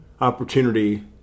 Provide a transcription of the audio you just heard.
opportunity